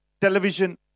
television